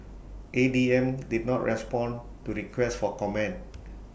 A D M did not respond to requests for comment